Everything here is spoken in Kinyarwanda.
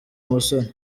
musoni